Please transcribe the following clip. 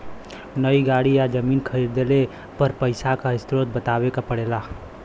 नई गाड़ी या जमीन खरीदले पर पइसा क स्रोत बतावे क पड़ेला